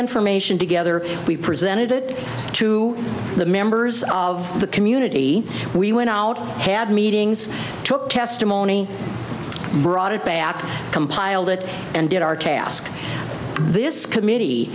information together we presented it to the members of the community we went out had meetings took testimony brought it back to compiled it and did our task this co